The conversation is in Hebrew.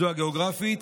זו הגיאוגרפית